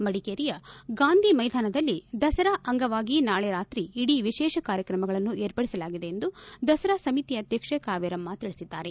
ಮಡಿಕೇರಿಯ ಗಾಂಧಿ ಮೈದಾನದಲ್ಲಿ ದಸರಾ ಅಂಗವಾಗಿ ನಾಳೆ ರಾತ್ರಿ ಇಡೀ ವಿಶೇಷ ಕಾರ್ಯಕ್ರಮ ಏರ್ಪಡಿಸಲಾಗಿದೆ ಎಂದು ದಸರಾ ಸಮಿತಿ ಅಧ್ಯಕ್ಷೆ ಕಾವೇರಮ್ಮ ತಿಳಿಸಿದ್ದಾರೆ